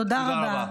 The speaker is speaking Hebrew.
תודה רבה.